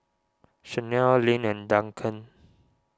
Shanelle Lynn and Duncan